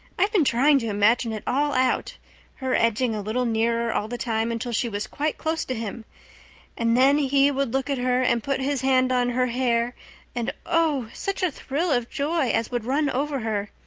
i've been trying to imagine it all out her edging a little nearer all the time until she was quite close to him and then he would look at her and put his hand on her hair and oh, such a thrill of joy as would run over her!